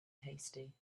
hasty